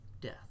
death